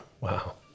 Wow